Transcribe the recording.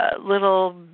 little